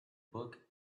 book